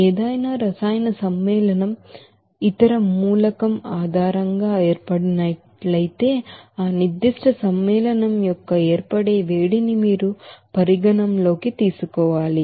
ఏదైనా రసాయన సమ్మేళనం ఏదైనా ఇతర ఎలిమెంట్ ఆధారంగా ఏర్పడినట్లయితే ఆ పర్టికులర్ కాంపౌండ్యొక్క ఏర్పడే వేడి ని మీరు పరిగణనలోకి తీసుకోవాలి